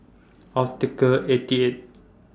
Optical eighty eight